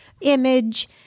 image